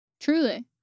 Truly